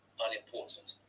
unimportant